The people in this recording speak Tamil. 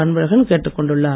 அன்பழகன் கேட்டுக் கொண்டுள்ளார்